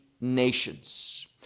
nations